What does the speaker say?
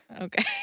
Okay